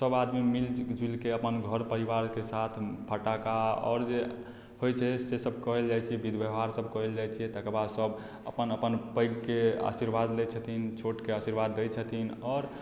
सभआदमी मिलि जुलिके अपन घर परिवारके साथ फटक्खा आओर जे होइत छै सभ कयल जाइत छै विधि व्यवहारसभ कयल जाइत छै तकर बाद सभ अपन अपन पैघके आशिर्वाद लैत छथिन छोटकेँ आशिर्वाद दैत छथिन आओर